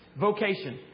Vocation